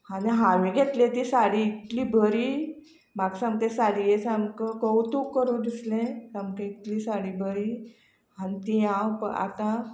आनी हांवें घेतल्या ती साडी इतली बरी म्हाका सामकें ते साडयेचें सामकें कवतूक करूं दिसलें सामकी इतली साडी बरी आनी ती हांव आतां